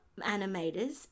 animators